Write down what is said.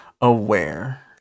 aware